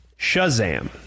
Shazam